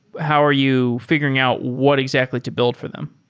how are you figuring out what exactly to build for them?